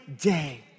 day